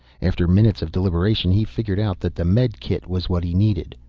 after minutes of deliberation he figured out that the medikit was what he needed.